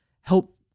help